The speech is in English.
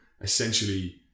essentially